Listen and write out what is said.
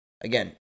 Again